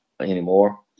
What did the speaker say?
anymore